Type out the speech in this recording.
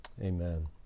Amen